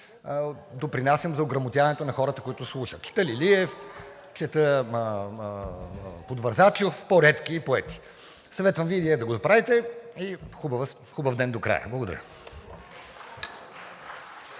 допринасям за ограмотяването на хората, които слушат. Чета Лилиев, чета Подвързачов, по-редки поети. Съветвам Ви и Вие да го направите. Хубав ден до края! Благодаря.